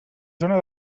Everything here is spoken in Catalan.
zona